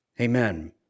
Amen